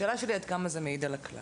השאלה שלי עד כמה זה מעיד על הכלל.